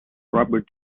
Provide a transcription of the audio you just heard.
robert